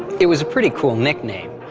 it was a pretty cool nickname,